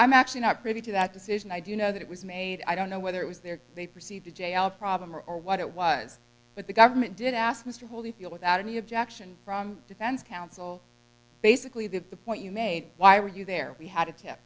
i'm actually not privy to that decision i do know that it was made i don't know whether it was there they perceive the jail problem or or what it was but the government did ask mr holyfield without any objection from defense counsel basically the point you made why were you there we had